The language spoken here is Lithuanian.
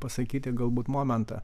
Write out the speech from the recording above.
pasakyti galbūt momentą